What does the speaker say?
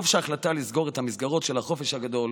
טוב שההחלטה לסגור את המסגרות של החופש הגדול